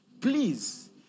Please